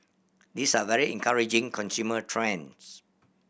these are very encouraging consumer trends